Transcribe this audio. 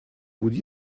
would